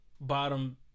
bottom